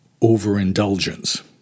overindulgence